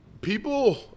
people